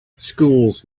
schools